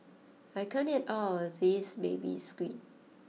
I can't eat all of this Baby Squid